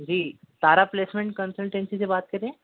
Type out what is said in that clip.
جی Tara placement consultancy سے بات کر رہے ہیں